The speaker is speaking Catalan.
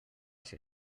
ser